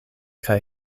kaj